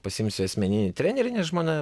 pasiimsiu asmeninį trenerį nes žmona